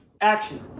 Action